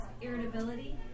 irritability